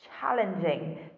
challenging